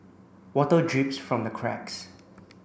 water drips from the cracks